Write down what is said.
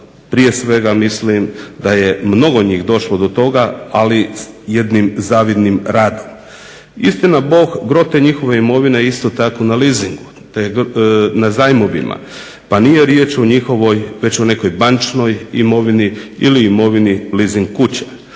prije svega mislim da je mnogo njih došlo do toga ali jednim zavidnim radom. Istina bog gro te njihove imovine je isto na leasing, na zajmovima, pa nije riječ o njihovoj nego bančinoj imovini ili imovini leasing kuće.